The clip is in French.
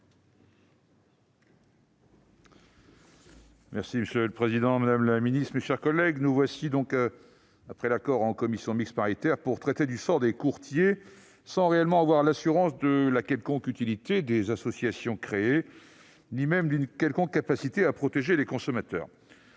Monsieur le président, madame la secrétaire d'État, mes chers collègues, nous voici réunis, après l'accord en commission mixte paritaire, pour traiter du sort des courtiers sans avoir l'assurance de la quelconque utilité des associations créées, ni même d'une quelconque capacité à protéger les consommateurs.